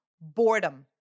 boredom